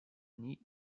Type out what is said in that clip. neat